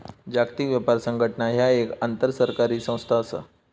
जागतिक व्यापार संघटना ह्या एक आंतरसरकारी संस्था असा